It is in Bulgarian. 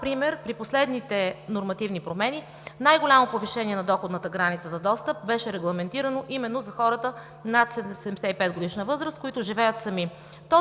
например при последните нормативни промени най голямо повишение на доходната граница за достъп беше регламентирано именно за хората над 75-годишна възраст, които живеят сами.